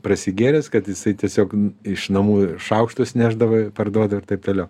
prasigėręs kad jisai tiesiog iš namų šaukštus nešdavo parduodavo ir taip toliau